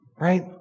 right